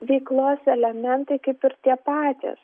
veiklos elementai kaip ir tie patys